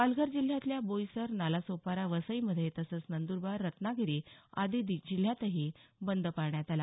पालघर जिल्ह्यातल्या बोईसर नालासोपारा वसई मध्ये तसंच नंदुरबार रत्नागिरी आदी जिल्ह्यातही बंद पाळण्यात आला